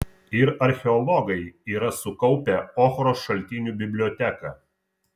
ir archeologai yra sukaupę ochros šaltinių biblioteką